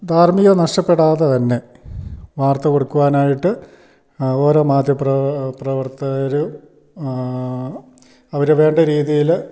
ധാർമികത നഷ്ടപ്പെടാതെ തന്നെ വാർത്ത കൊടുക്കുവാനായിട്ട് ഓരോ മാധ്യമ പ്രവർത്തനം പ്രവർത്തകർ അവർ വേണ്ട രീതിയിൽ